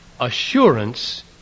assurance